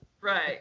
Right